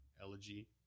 elegy